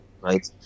right